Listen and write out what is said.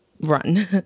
Run